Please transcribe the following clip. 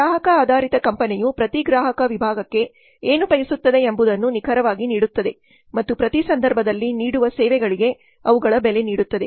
ಗ್ರಾಹಕ ಆಧಾರಿತ ಕಂಪನಿಯು ಪ್ರತಿ ಗ್ರಾಹಕ ವಿಭಾಗಕ್ಕೆ ಏನು ಬಯಸುತ್ತದೆ ಎಂಬುದನ್ನು ನಿಖರವಾಗಿ ನೀಡುತ್ತದೆ ಮತ್ತು ಪ್ರತಿ ಸಂದರ್ಭದಲ್ಲಿ ನೀಡುವ ಸೇವೆಗಳಿಗೆ ಅವುಗಳ ಬೆಲೆ ನೀಡುತ್ತದೆ